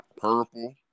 purple